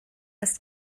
ist